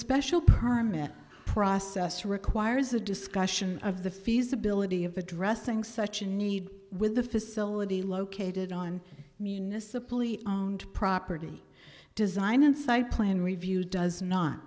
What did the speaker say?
special permit process requires a discussion of the feasibility of addressing such a need with the facility located on municipal e owned property design and site plan review does not